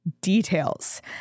details